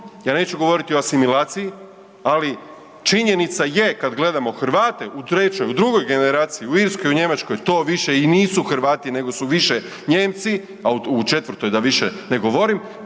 ja neću govoriti o asimilaciji, ali činjenica je kad gledamo Hrvate u trećoj, u drugoj generaciji u Irskoj i u Njemačkoj to više i nisu Hrvati nego su više Nijemci, a u četvrtoj da više ne govorim,